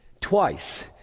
twice